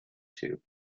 two